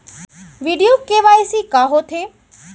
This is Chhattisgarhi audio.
वीडियो के.वाई.सी का होथे